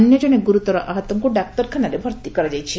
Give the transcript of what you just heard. ଅନ୍ୟଜଣେ ଗୁରୁତର ଆହତଙ୍କୁ ଡାକ୍ତରଖାନାରେ ଭର୍ତ୍ତି କରାଯାଇଛି